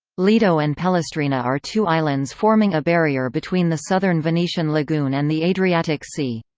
lido and pellestrina are two islands forming a barrier between the southern venetian lagoon and the adriatic sea.